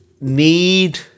need